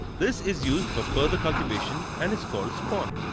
this is used for, further cultivation and is called spawn.